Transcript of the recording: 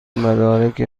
مدارک